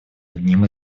одним